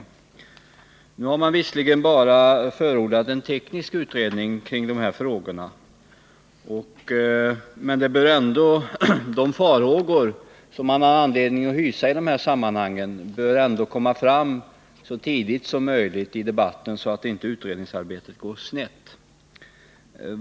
Utskottet har visserligen bara förordat en utredning av hur en registrering tekniskt kan genomföras, men de farhågor som man i dessa sammanhang har anledning att hysa bör ändå komma fram så tidigt som möjligt i debatten, så att inte utredningsarbetet går snett.